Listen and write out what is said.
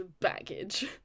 baggage